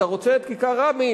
אתה רוצה את כיכר רבין?